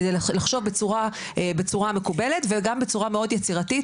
כדי לחשוב בצורה מקובלת וגם בצורה מאוד יצירתית,